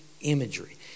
imagery